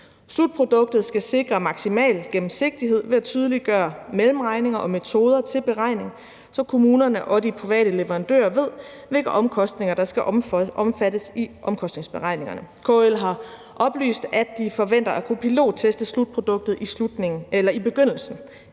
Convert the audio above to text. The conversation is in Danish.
Slutproduktet skal sikre maksimal gennemsigtighed ved at tydeliggøre mellemregninger og metoder til beregning, så kommunerne og de private leverandører ved, hvilke omkostninger der skal omfattes i omkostningsberegningerne. KL har oplyst, at de forventer at kunne pilotteste slutproduktet i begyndelsen